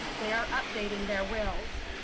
they are updating their wills.